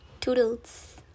Toodles